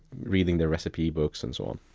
reading their recipe books, and so on